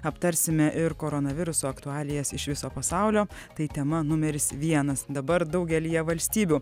aptarsime ir koronaviruso aktualijas iš viso pasaulio tai tema numeris vienas dabar daugelyje valstybių